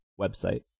website